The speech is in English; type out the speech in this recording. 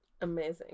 Amazing